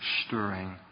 stirring